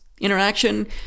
interaction